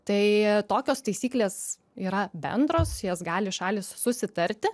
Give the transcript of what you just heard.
tai tokios taisyklės yra bendros jas gali šalys susitarti